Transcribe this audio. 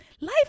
life